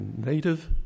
native